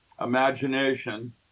imagination